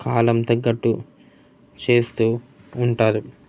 కాలం తగ్గట్టు చేస్తూ ఉంటారు